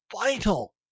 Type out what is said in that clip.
vital